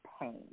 pain